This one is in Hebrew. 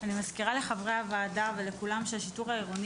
אני מזכירה לחברי הוועדה ולכולם שהשיטור העירוני